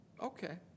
Okay